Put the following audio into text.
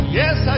yes